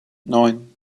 neun